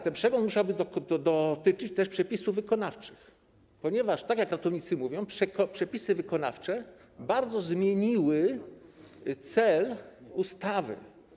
Ten przegląd musiałby dotyczyć też przepisów wykonawczych, ponieważ, tak jak ratownicy mówią, przepisy wykonawcze bardzo zmieniły cel ustawy.